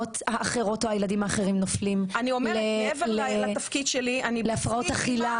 שהילדות או הילדים האחרים נופלים להפרעות אכילה,